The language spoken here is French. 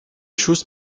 choses